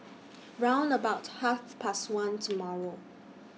round about Half Past one tomorrow